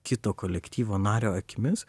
kito kolektyvo nario akimis